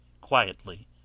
QUIETLY